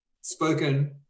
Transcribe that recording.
spoken